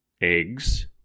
eggs